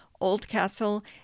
Oldcastle